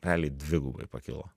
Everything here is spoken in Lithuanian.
realiai dvigubai pakilo